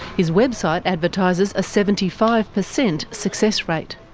his website advertises a seventy five percent success rate.